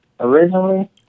Originally